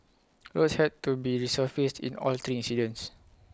roads had to be resurfaced in all three incidents